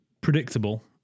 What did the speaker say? predictable